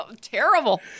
Terrible